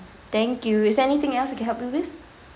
thank you is there anything else I can help you with